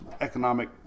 economic